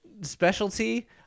specialty